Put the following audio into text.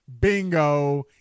Bingo